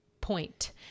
point